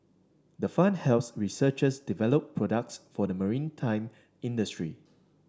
the fund helps researchers develop products for the maritime industry